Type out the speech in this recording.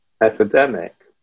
epidemic